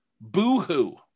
Boo-hoo